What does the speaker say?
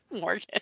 Morgan